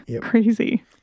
Crazy